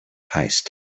heist